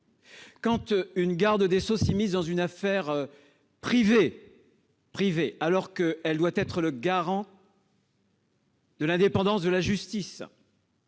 Quand une garde des sceaux s'immisce dans une affaire privée, alors qu'elle doit être le garant de l'indépendance de la justice,